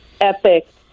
epic